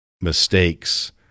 mistakes